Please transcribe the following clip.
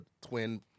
twin